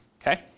Okay